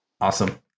Awesome